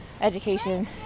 education